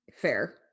fair